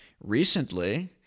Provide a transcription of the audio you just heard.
recently